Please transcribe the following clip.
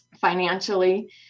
financially